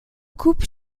couple